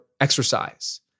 exercise